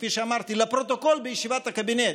כפי שאמרתי לפרוטוקול בישיבת הקבינט,